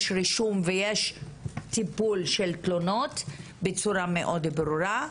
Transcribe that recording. יש רישום ויש טיפול בתלונות בצורה מאוד ברורה.